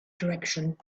direction